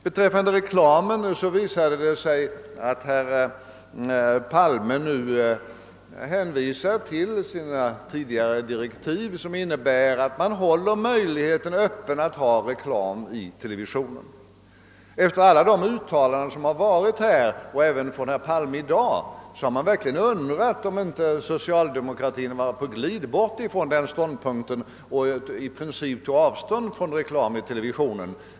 Beträffande reklamen visar det sig att herr Palme nu åberopar sina tidigare utredningsdirektiv, som innebär att möjligheten till reklam i televisionen hålles öppen. Efter alla de uttalanden som gjorts, även av herrar Lindahl och Palme i dag, har man verkligen undrat om inte socialdemokraterna börjat komma på glid bort från denna ståndpunkt och i princip tar avstånd från reklam i televisionen.